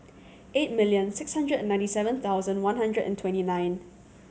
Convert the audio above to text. eight million six hundred and ninety seven thousand one hundred and twenty nine